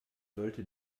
sollte